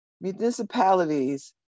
municipalities